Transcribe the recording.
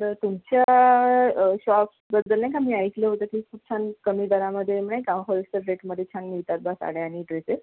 तर तुमच्या शॉप्सबद्दल नाही का मी ऐकलं होतं की खूप छान कमी दरांमध्ये नाही का होलसेल रेटमध्ये छान मिळतात बा साड्या आणि ड्रेसेस